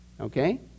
okay